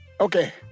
Okay